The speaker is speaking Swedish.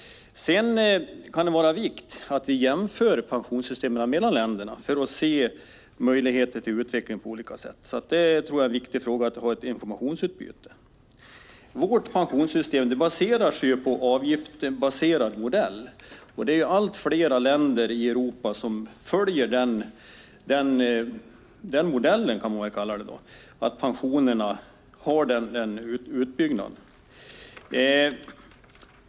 Det kan dock vara av vikt att vi jämför pensionssystemen mellan länderna för att se möjligheter till utveckling på olika sätt. Ett informationsutbyte är alltså viktigt. Sverige har ett avgiftsbaserat pensionssystem, och allt fler länder i Europa väljer denna modell.